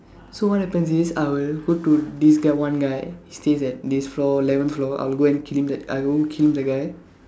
so what happens is I will go to this guy one guy stays at this floor eleven floor I'll go and kill him I'll go kill the guy